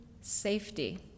Safety